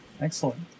Excellent